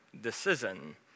decision